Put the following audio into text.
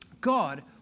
God